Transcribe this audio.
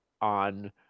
on